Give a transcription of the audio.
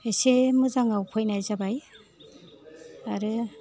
एसे मोजाङाव फैनाय जाबाय आरो